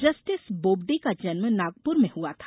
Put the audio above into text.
justice Bobde का जन्म नागपुर में हुआ था